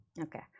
Okay